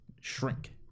shrink